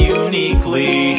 uniquely